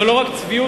זאת לא רק צביעות,